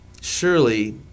surely